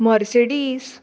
Mercedes